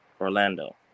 Orlando